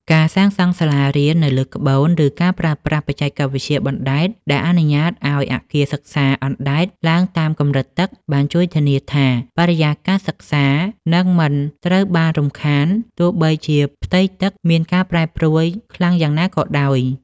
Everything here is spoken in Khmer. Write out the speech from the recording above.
ការសាងសង់សាលារៀននៅលើក្បូន ឬការប្រើប្រាស់បច្ចេកវិទ្យាបណ្តែត ដែលអនុញ្ញាតឱ្យអគារសិក្សាអណ្តែតឡើងតាមកម្រិតទឹក បានជួយធានាថាបរិយាកាសសិក្សានឹងមិនត្រូវបានរំខាន ទោះបីជាផ្ទៃទឹកមានការប្រែប្រួលខ្លាំងយ៉ាងណាក៏ដោយ។